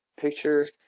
picture